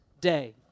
day